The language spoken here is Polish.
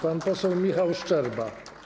Pan poseł Michał Szczerba.